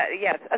yes